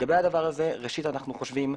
לגבי זה, אנו חושבים,